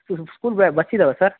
ಸ್ಕೂಲ್ಗೆ ಬಸ್ಸಿದ್ದಾವಾ ಸರ್